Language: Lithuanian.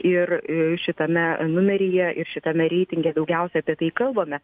ir šitame numeryje ir šitame reitinge daugiausiai apie tai kalbame